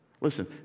Listen